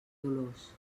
dolors